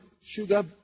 sugar